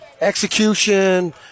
execution